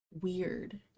weird